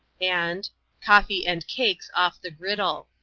and coffee and cakes off the griddle.